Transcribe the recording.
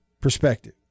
perspective